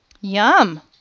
Yum